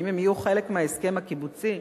האם הם יהיו חלק מההסכם הקיבוצי?